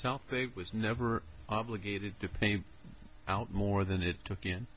some think was never obligated to pay out more than it took in